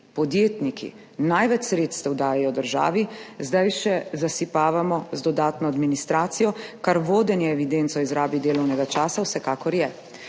podjetniki, največ sredstev dajejo državi, zdaj še zasipavamo z dodatno administracijo, kar vodenje evidenc o izrabi delovnega časa vsekakor je.